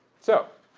so,